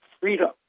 freedom